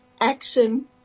action